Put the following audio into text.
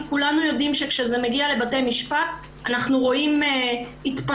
כולנו יודעים שכאשר זה מגיע לבתי המשפט אנחנו רואים התפשרויות